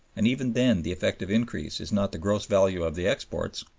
and even then the effective increase is not the gross value of the exports,